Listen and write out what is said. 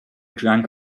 drank